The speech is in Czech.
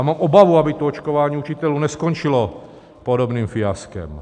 Mám obavu, aby očkování učitelů neskončilo podobným fiaskem.